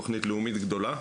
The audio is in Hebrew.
תוכנית לאומית גדולה,